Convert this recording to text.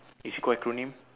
is it called acronym